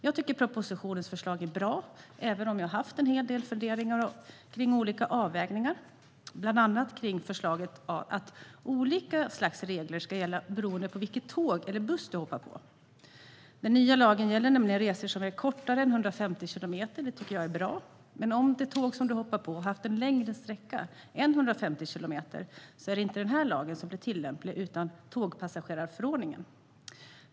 Jag tycker att propositionens förslag är bra, även om jag har haft en hel del funderingar kring olika avvägningar. Det gäller bland annat förslaget att olika slags regler ska gälla beroende på vilket tåg eller vilken buss du hoppar på. Den nya lagen gäller nämligen resor som är kortare än 150 kilometer. Det tycker jag är bra. Men om det tåg som du hoppar på har åkt en längre sträcka än 150 kilometer är det inte denna lag som blir tillämplig utan tågpassagerarförordningen.